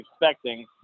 expecting